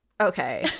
Okay